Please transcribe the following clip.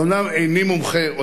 אומנם איני מומחה,